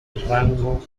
rango